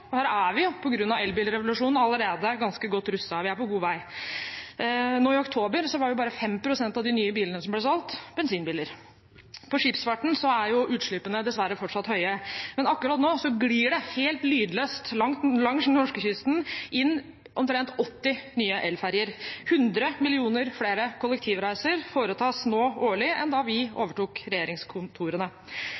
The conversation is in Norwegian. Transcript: Her er vi på grunn av elbilrevolusjonen allerede ganske godt rustet, vi er på god vei. Nå i oktober var bare 5 pst. av de nye bilene som ble solgt, bensinbiler. Innen skipsfarten er utslippene dessverre fortsatt høye, men akkurat nå glir det langs norskekysten helt lydløst inn omtrent 80 nye elferjer. Det foretas nå hundre millioner flere kollektivreiser årlig enn da vi